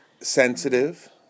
Sensitive